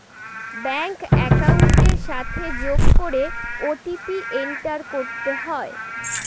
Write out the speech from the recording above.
bank একাউন্টের সাথে যোগ করে ও.টি.পি এন্টার করতে হয়